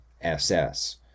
SS